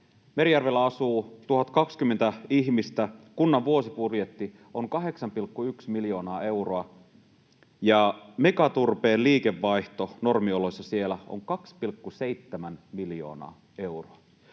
Merijärvellä asuu 1 020 ihmistä. Kunnan vuosibudjetti on 8,1 miljoonaa euroa, ja Megaturpeen liikevaihto normioloissa siellä on 2,7 miljoonaa euroa.